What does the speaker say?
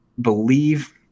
believe